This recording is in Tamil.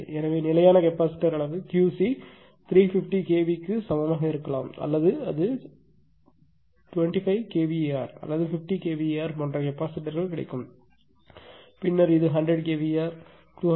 எனவே நிலையான கெப்பாசிட்டர் அளவு QC 350 kV க்கு சமமாக இருக்கலாம் அல்லது அது 25 kVAr 50 kVAr போன்ற கெப்பாசிட்டர் கிடைக்கும் பின்னர் இது 100 kVAr அது போல 200 kVAr